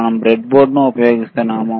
మనం బ్రెడ్బోర్డ్ ఉపయోగిస్తున్నాము